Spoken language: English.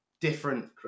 different